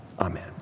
amen